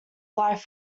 life